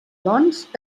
doncs